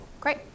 Great